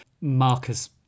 Marcus